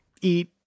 eat